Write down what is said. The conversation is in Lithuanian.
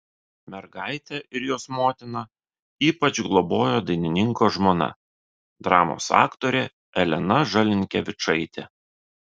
mergaitę ir jos motiną ypač globojo dainininko žmona dramos aktorė elena žalinkevičaitė